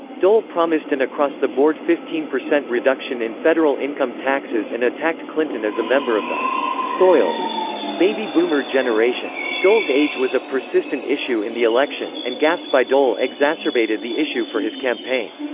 dole promised an and across-the-board fifteen percent reduction in federal income taxes and attacked clinton as a member of the spoiled baby boomer generation. dole's age was a persistent issue in the election, and gaffes by dole exacerbated the issue for his campaign.